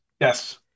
yes